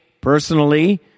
personally